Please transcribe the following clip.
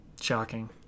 Shocking